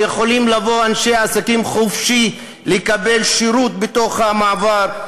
שיכולים לבוא אנשי עסקים חופשי לקבל שירות בתוך המעבר,